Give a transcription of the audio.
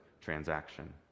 transaction